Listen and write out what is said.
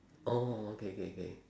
oh okay K K